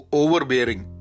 overbearing